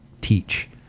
teach